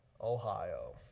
Ohio